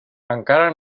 encara